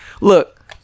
look